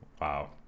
wow